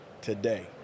today